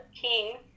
king